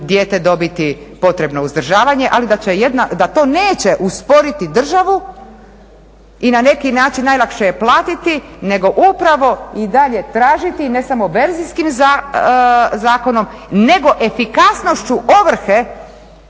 dijete dobiti potrebno uzdržavanje ali da to neće usporiti državu i na neki način najlakše je platiti nego upravo i dalje tražiti ne samo verzijskim zakonom, nego efikasnošću ovrhe,